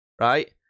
right